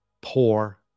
poor